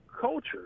culture